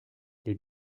les